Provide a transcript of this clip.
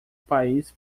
país